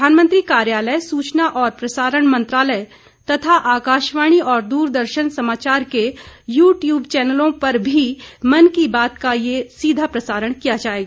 प्रधानमंत्री कार्यालय सूचना और प्रसारण मंत्रालय तथा आकाशवाणी और दूरदर्शन समाचार के यू ट्यूब चैनलों पर भी मन की बात का सीधा प्रसारण किया जाएगा